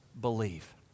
believe